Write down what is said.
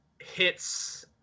hits